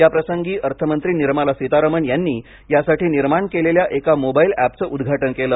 या प्रसंगी अर्थमंत्री निर्मला सीतारमण यांनी यासाठी निर्माण केलेल्या एका मोबाइल अॅरपचं उद्घाटन केलं